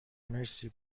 مرسی